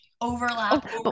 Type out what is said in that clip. Overlap